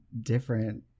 different